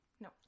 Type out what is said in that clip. No